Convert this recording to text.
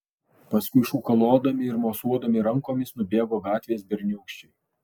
paskui šūkalodami ir mosuodami rankomis nubėgo gatvės berniūkščiai